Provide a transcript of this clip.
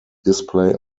display